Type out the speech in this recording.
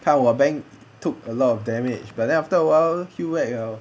看我 bank took a lot of damage but then after a while heal back 了